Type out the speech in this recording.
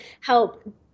help